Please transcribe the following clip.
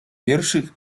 wierszy